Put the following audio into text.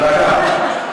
דקה.